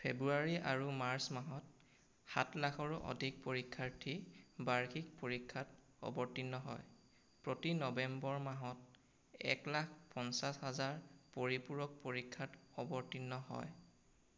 ফেব্ৰুৱাৰী আৰু মাৰ্চ মাহত সাত লাখৰো অধিক পৰীক্ষাৰ্থী বাৰ্ষিক পৰীক্ষাত অৱতীৰ্ণ হয় প্ৰতি নৱেম্বৰ মাহত এক লাখ পঁঞ্চাছ হাজাৰ পৰিপূৰক পৰীক্ষাত অৱতীৰ্ণ হয়